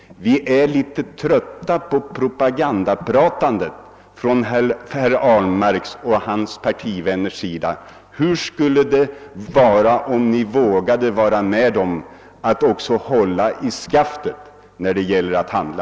Vi är litet trötta på propagandapra tandet från herr Ahlmarks och hans partivänners sida. Hur skulle det vara om ni också vågade vara med och hålla i skaftet när det gäller att handla?